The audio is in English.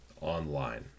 online